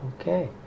Okay